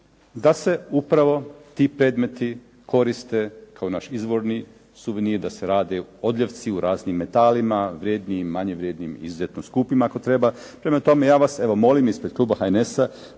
da se upravo ti predmeti koriste kao naš izvorni suvenir, da se rade odljevci u raznim metalima, vrednijim, manje vrednijim i izuzetno skupim ako treba. Prema tome, evo ja vas molim ispred kluba HNS-a